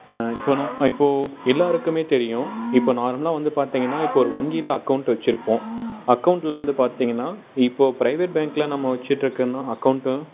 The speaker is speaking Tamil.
இப்போனும் இப்போ எல்லாருக்குமே தெரியும் இப்போ நார்மலாக வந்து பார்த்தீங்கன்னா இப்போ ஒரு வங்கியில் அக்கௌண்ட் வச்சிருப்போம் அக்கௌண்ட்டில வந்து பார்த்தீங்கன்னா இப்போ ப்ரைவேட் பேங்க்ல நம்ம வச்சுட்டுருக்கோம்னா அக்கௌண்ட்டு